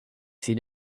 seen